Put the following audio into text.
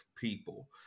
people